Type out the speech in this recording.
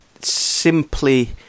simply